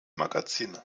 magazine